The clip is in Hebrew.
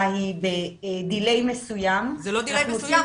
היא ב-delay מסוים --- זה לא delay מסוים,